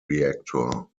reactor